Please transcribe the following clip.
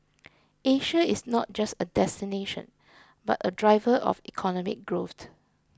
Asia is not just a destination but a driver of economic growth